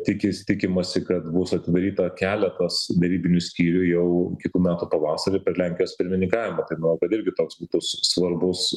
tikis tikimasi kad bus atidaryta keletas derybinių skyrių jau kitų metų pavasarį per lenkijos pirmininkavimą tai manau kad irgi toks bus svarbus